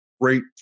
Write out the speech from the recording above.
great